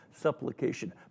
supplication